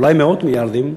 ואולי מאות מיליארדים,